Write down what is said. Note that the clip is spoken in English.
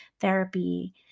therapy